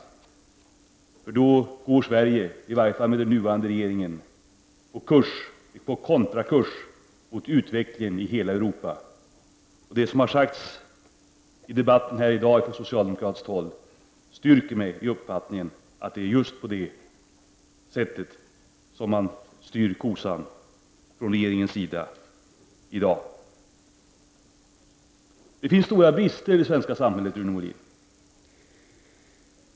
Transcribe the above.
Då går nämligen Sverige, i varje fall med den nuvarande regeringen, på kontrakurs mot utvecklingen i hela Europa. Det som har sagts från socialdemokratiskt håll i debatten här i dag styrker mig i uppfattningen att det är just åt det hållet som regeringen i dag styr kosan. Det finns stora brister i det svenska samhället i dag, Rune Molin.